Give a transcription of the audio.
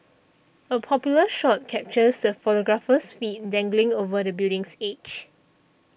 a popular shot captures the photographer's feet dangling over the building's edge